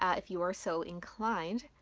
ah if you are so inclined.